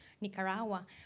Nicaragua